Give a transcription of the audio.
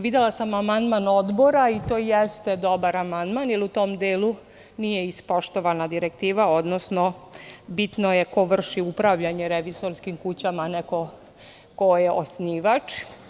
Videla sam amandman odbora i to jeste dobar amandman, jer u tom delu nije ispoštovana direktiva, odnosno bitno je ko vrši upravljanje revizorskim kućama, neko ko je osnivač.